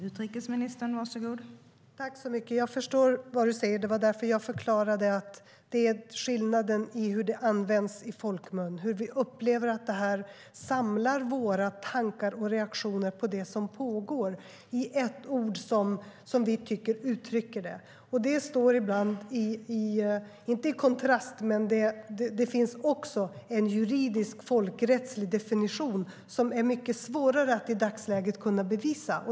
Fru talman! Jag förstår vad du säger, Magnus Oscarsson. Det var därför jag förklarade att det är en skillnad i hur det används i folkmun, hur vi upplever att detta samlar våra tankar och reaktioner på det som pågår i ett ord som vi tycker uttrycker det. Men det finns också en juridisk, folkrättslig definition som i dagsläget är mycket svårare att bevisa.